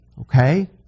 Okay